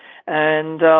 and,